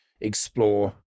explore